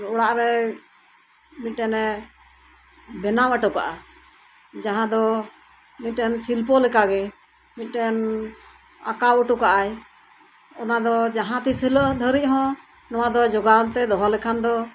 ᱚᱲᱟᱜ ᱨᱮ ᱢᱤᱜᱴᱮᱱᱮ ᱵᱮᱱᱟᱣ ᱴᱚᱠᱟᱜᱼᱟ ᱡᱟᱦᱟᱸ ᱫᱚ ᱢᱤᱫᱴᱮᱱ ᱥᱤᱞᱯᱚ ᱞᱮᱠᱟ ᱜᱮ ᱢᱤᱫᱴᱮᱱ ᱟᱸᱠᱟᱣ ᱴᱚᱠᱟᱜ ᱟᱭ ᱚᱱᱟ ᱫᱚ ᱡᱟᱦᱟᱸ ᱛᱤᱥ ᱫᱷᱟᱨᱤᱡ ᱦᱚᱸ ᱱᱚᱣᱟ ᱫᱚ ᱡᱚᱜᱟᱣ ᱛᱮ ᱫᱚᱦᱚ ᱞᱮᱠᱷᱟᱱ ᱫᱚ